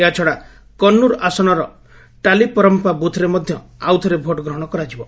ଏହାଛଡ଼ା କନ୍ନର ଆସନର ଟାଲିପରମ୍ଘା ବୁଥ୍ରେ ମଧ୍ୟ ଆଉଥରେ ଭୋଟ୍ ଗ୍ରହଣ କରାଯିବ